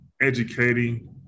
educating